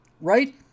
Right